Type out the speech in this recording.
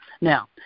Now